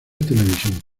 televisión